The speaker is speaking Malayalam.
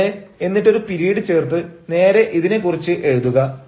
അവിടെ എന്നിട്ട് ഒരു പിരീഡ് ചേർത്ത് നേരെ ഇതിനെ കുറിച്ച് എഴുതുക